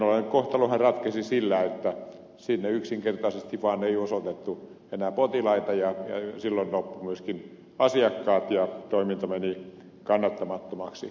heinolan kohtalohan ratkesi sillä että sinne yksinkertaisesti vaan ei osoitettu enää potilaita ja silloin loppuivat myöskin asiakkaat ja toiminta meni kannattamattomaksi